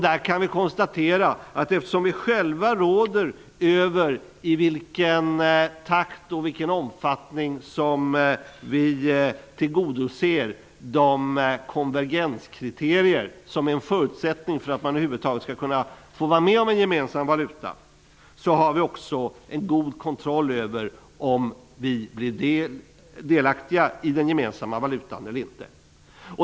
Där kan vi konstatera att eftersom vi själva råder över i vilken takt och i vilken omfattning som vi tillgodoser de konvergenskriterier som är en förutsättning för att man skall få vara med om en gemensam valuta, så har vi också god kontroll över om vi blir delaktiga i den gemensamma valutan eller inte.